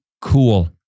Cool